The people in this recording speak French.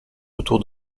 autour